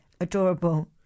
adorable